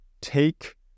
take